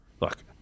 look